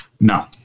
no